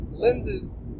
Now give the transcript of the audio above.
lenses